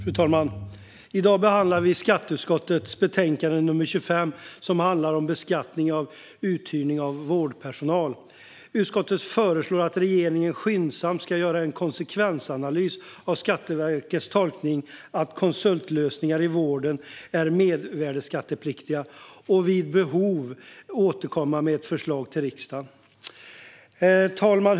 Fru talman! I dag behandlar vi skatteutskottets betänkande nr 25, som handlar om beskattning av uthyrning av vårdpersonal. Utskottet föreslår att regeringen skyndsamt ska göra en konsekvensanalys av Skatteverkets tolkning att konsultlösningar i vården är mervärdesskattepliktiga och vid behov återkomma med ett förslag till riksdagen. Fru talman!